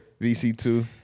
VC2